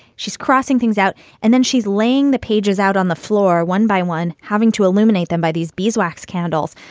she's crossing things out and then she's laying the pages out on the floor one by one, having to illuminate them by these beeswax candles.